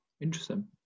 interesting